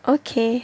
okay